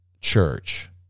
church